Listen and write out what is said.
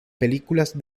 películas